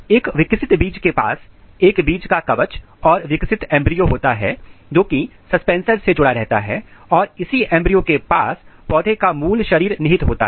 एक विकसित बीज के पास एक बीज का कवच और विकसित एंब्रियो होता है जोकि सस्पेंसर से जुड़ा रहता है और इसी एंब्रियो के पास पौधे का मूल शरीर निहित होता है